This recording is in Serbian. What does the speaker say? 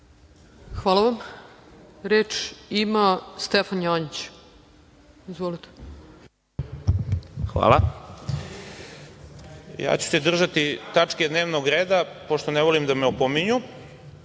Hvala vam. Reč ima Stefan Janjić. **Stefan Janjić** Hvala. Ja ću se držati tačke dnevnog reda, pošto ne volim da me opominju.